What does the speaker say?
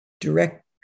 direct